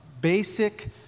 basic